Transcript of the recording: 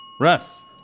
Russ